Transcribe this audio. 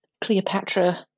Cleopatra